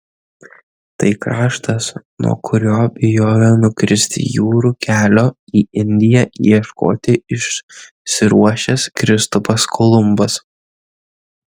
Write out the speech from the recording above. tai kraštas nuo kurio bijojo nukristi jūrų kelio į indiją ieškoti išsiruošęs kristupas kolumbas